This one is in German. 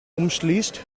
umschließt